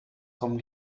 kommen